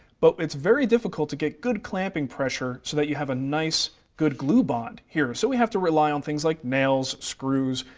but it's very difficult to get good clamping pressure, so that you have a nice good glue bond here. so we have to rely on things like nails, screws,